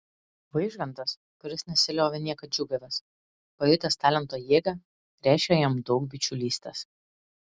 vaižgantas kuris nesiliovė niekad džiūgavęs pajutęs talento jėgą reiškė jam daug bičiulystės